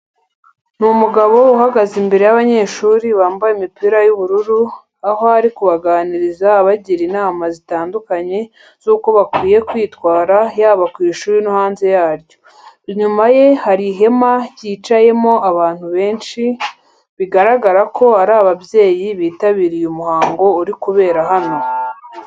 Ni umugabo uhugaze imbere y'abanyeshuri bambaye imipira y'ubururu, aho ari kubaganiriza abagira inama zitandukanye z'uko bakwiye kwitwara yaba ku ishuri no hanze yaryo. Inyuma ye hari ihema ryicayemo abantu benshi, bigaragara ko ari ababyeyi bitabiriye umuhango uri kubera hano.